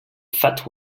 that